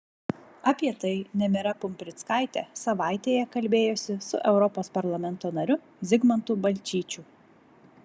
apie tai nemira pumprickaitė savaitėje kalbėjosi su europos parlamento nariu zigmantu balčyčiu